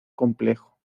complejo